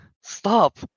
stop